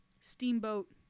Steamboat